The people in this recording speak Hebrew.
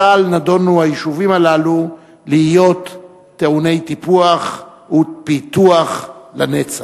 משל נידונו היישובים הללו להיות טעוני טיפוח ופיתוח לנצח.